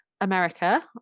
America